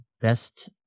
best